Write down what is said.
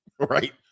Right